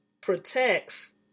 protects